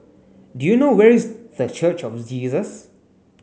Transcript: do you know where is The Church of Jesus